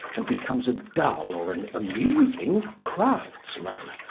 and becomes a dull or an amusing craftsman,